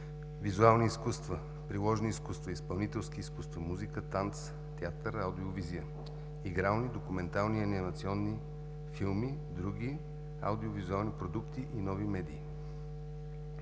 визуални изкуства, приложни изкуства, изпълнителски изкуства, музика, танц, театър, аудиовизия, игрални, документални и анимационни филми, други аудиовизуални продукти и нови медии.